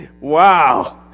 Wow